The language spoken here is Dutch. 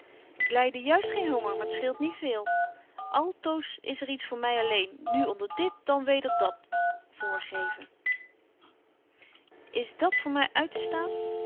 ik lyde juist geen honger maar t scheelt niet véél altoos is er iets voor my alleen nu onder dit dan weder dat voorgeven is dat voor my uittestaan weet